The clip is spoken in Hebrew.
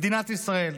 מדינת ישראל.